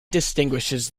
distinguishes